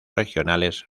regionales